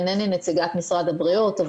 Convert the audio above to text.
אינני נציגת משרד הבריאות,